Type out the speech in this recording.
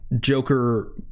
Joker